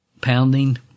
pounding